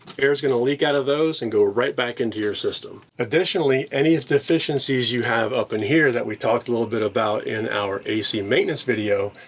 air is gonna leak out of those and go right back into your system. additionally, any deficiencies you have up in here that we talked a little bit about in our a c maintenance video,